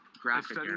graphic